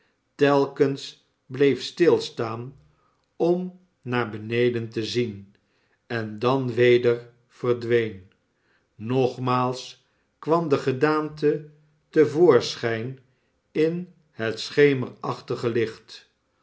telkens bleef stilstaan on naar beneden te zien en dan weder verdween nogmaals kwam de gedaante te voorschijn in het schemerachtige licht